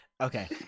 Okay